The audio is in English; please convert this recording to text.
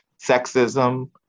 sexism